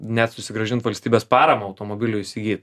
net susigrąžint valstybės paramą automobiliui įsigyt